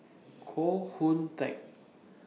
Koh Hoon Teck